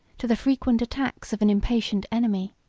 to the frequent attacks of an impatient enemy.